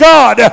God